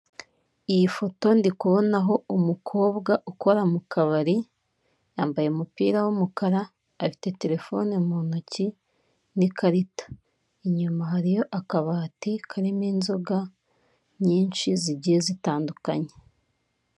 Iyi foto ndi kubonaho umukobwa ukora mukabari yambaye umupira w'umukara afite telefone muntoki n'ikarita. Inyuma hariyo akabati karimo inzoga nyinshi zigiye zitandukanye.